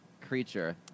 creature